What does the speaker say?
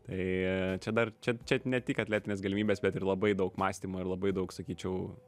tai čia dar čia čia ne tik atletinės galimybės bet ir labai daug mąstymo ir labai daug sakyčiau